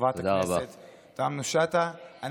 חברת הכנסת תמנו שטה,